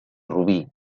rubí